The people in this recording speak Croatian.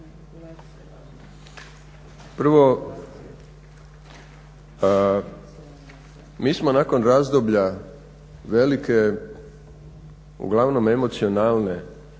Prvo, mi smo nakon razdoblja velike uglavnom emocionalne